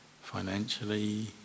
financially